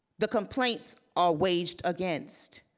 the complaints are waged against.